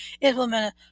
implemented